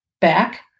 back